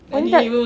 ah ni dah